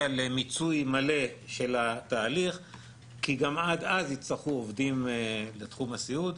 למיצוי מלא כי גם עד אז יצטרכו עובדים לתחום הסיעוד.